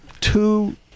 two